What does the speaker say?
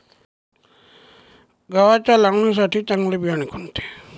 गव्हाच्या लावणीसाठी चांगले बियाणे कोणते?